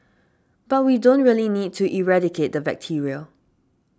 but we don't really need to eradicate the bacteria